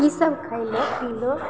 किसब खएलहो पिलहो